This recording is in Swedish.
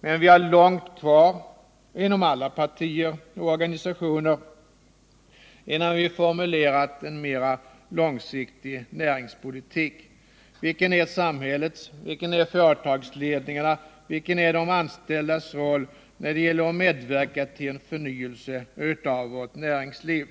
Vi har emellertid långt kvar inom alla partier och organisationer, innan vi formulerat en mera långsiktig näringspolitik. Vilken är samhällets, vilken är företagsledningarnas, vilken är de anställdas roll när det gäller att medverka till en förnyelse av vårt näringsliv?